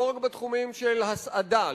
לא רק בתחומים של הסעדה,